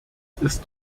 ist